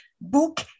book